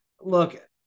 look